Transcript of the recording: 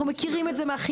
אנחנו מכירים את זה מהחינוך,